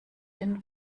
den